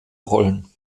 rollen